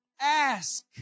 Ask